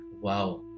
Wow